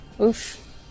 Oof